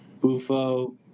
Buffo